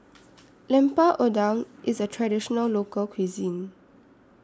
Lemper Udang IS A Traditional Local Cuisine